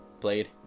played